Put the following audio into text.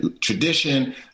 Tradition